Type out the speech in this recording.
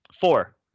four